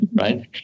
right